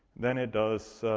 then it does